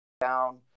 down